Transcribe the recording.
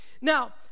Now